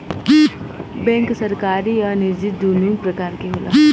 bank सरकारी आ निजी दुनु प्रकार के होला